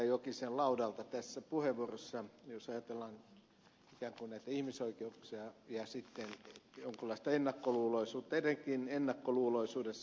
jokisen laudalta tässä puheenvuorossa jos ajatellaan ikään kuin näitä ihmisoikeuksia ja jonkinlaista ennakkoluuloisuutta etenkin ennakkoluuloisuudessa